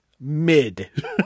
mid